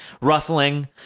rustling